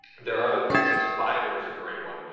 there are other places. fiverr is a great one.